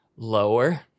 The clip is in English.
Lower